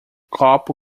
copo